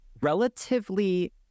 relatively